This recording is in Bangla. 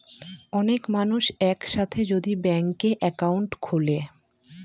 অনেক মানুষ এক সাথে যদি ব্যাংকে একাউন্ট খুলে